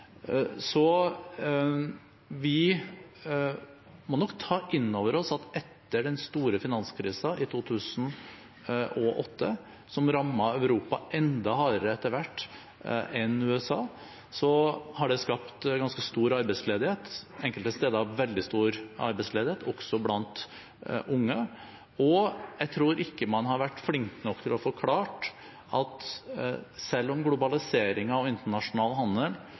Vi må nok ta inn over oss at etter den store finanskrisen i 2008, som etter hvert rammet Europa enda hardere enn USA, har det vært ganske stor arbeidsledighet – enkelte steder veldig stor arbeidsledighet også blant unge. Jeg tror ikke man har vært flink nok til å forklare at selv om globaliseringen av internasjonal handel